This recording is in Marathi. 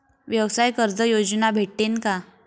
व्यवसाय कर्ज योजना भेटेन का?